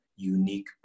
unique